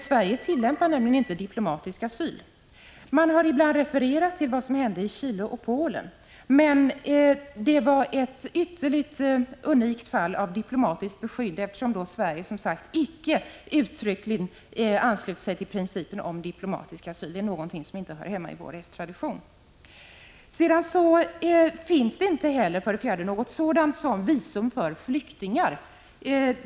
Sverige tillämpar nämligen inte diplomatisk asyl. Man har ibland refererat till vad som hände i Chile och Polen. Men det var då fråga om ett unikt fall av diplomatiskt beskydd, eftersom Sverige som sagt icke uttryckligen anslutit sig till principen om diplomatisk asyl — det är någonting som inte hör hemma i vår rättstradition. Sedan finns det inte heller något sådant som visum för flyktingar.